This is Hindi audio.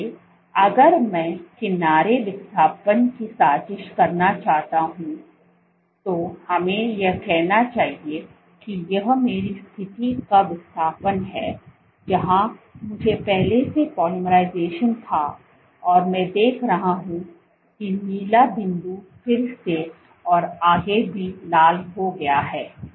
इसलिए अगर मैं किनारे विस्थापन की साजिश करना चाहता हूं तो हमें यह कहना चाहिए कि यह मेरी स्थिति का विस्थापन है जहां मुझे पहले से पॉलिमराइजेशन था और मैं देख रहा हूं कि नीला बिंदु फिर से और आगे भी लाल हो गया है